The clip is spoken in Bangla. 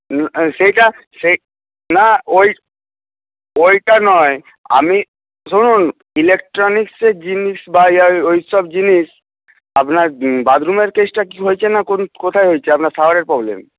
সেটা সে না ওই ওইটা নয় আমি শুনুন ইলেকট্রনিক্সের জিনিস বা ওই ওইসব জিনিস আপনার বাথরুমের কেসটা কী হয়েছে না কোথায় হয়েছে আপনার শাওয়ারের প্রবলেম